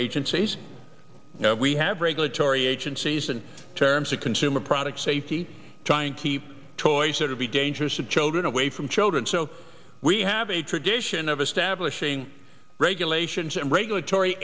agencies now we have regulatory agencies and terms of consumer product safety trying to keep toys that would be dangerous to children away from children so we have a tradition of establishing regulations and regulatory